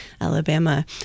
Alabama